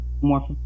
more